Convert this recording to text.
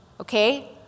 Okay